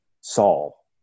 Saul